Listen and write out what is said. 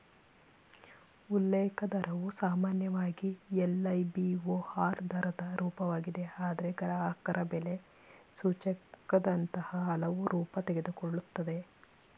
ಉಲ್ಲೇಖ ದರವು ಸಾಮಾನ್ಯವಾಗಿ ಎಲ್.ಐ.ಬಿ.ಓ.ಆರ್ ದರದ ರೂಪವಾಗಿದೆ ಆದ್ರೆ ಗ್ರಾಹಕಬೆಲೆ ಸೂಚ್ಯಂಕದಂತಹ ಹಲವು ರೂಪ ತೆಗೆದುಕೊಳ್ಳುತ್ತೆ